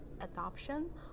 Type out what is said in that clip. adoption